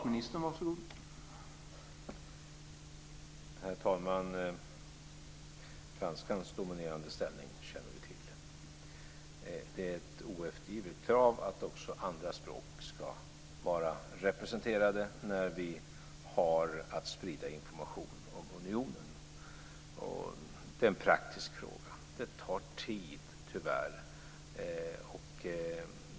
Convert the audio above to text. Herr talman! Franskans dominerande ställning känner vi till. Det är ett oeftergivligt krav att också andra språk ska vara representerade när vi har att sprida information om unionen. Det är en praktisk fråga. Det tar tid, tyvärr.